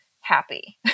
happy